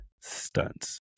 stunts